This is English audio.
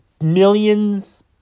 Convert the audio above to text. millions